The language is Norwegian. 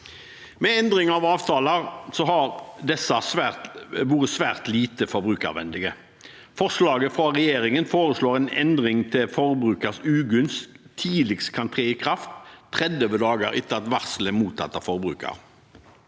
Ved endring av avtaler har disse vært svært lite forbrukervennlige. Regjeringen foreslår at en endring til forbrukers ugunst tidligst kan tre i kraft 30 dager etter at varselet er mottatt av forbruker.